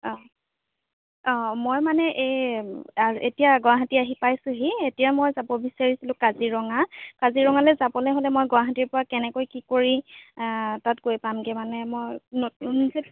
অঁ অঁ মই মানে এই এতিয়া গুৱাহাটী আহি পাইছোঁহি এতিয়া মই যাব বিচাৰিছিলোঁ কাজিৰঙা কাজিৰঙালৈ যাবলৈ হ'লে মই গুৱাহাটীৰপৰা কেনেকৈ কি কৰি তাত গৈ পামগৈ মানে মই নতুন যে